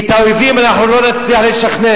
כי את האויבים אנחנו לא נצליח לשכנע,